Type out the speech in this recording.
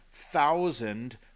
thousand